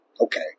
Okay